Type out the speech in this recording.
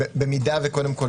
קודם כול,